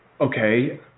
Okay